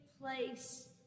place